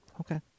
Okay